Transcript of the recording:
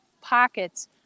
pockets